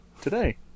today